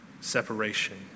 separation